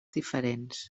diferents